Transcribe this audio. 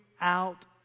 out